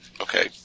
Okay